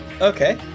Okay